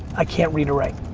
i can't read or write.